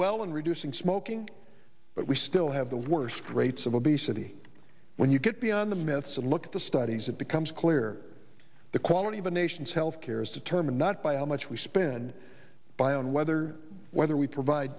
well in reducing smoking but we still have the worst rates of obesity when you get beyond the myths and look at the studies it becomes clear the quality of a nation's health care is determined not by how much we spend by on whether whether we provide